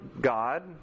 God